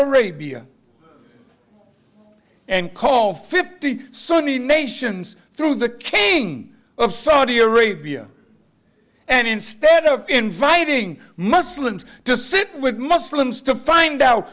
arabia and called fifty sunny nations through the king of saudi arabia and instead of inviting muslims to sit with muslims to find out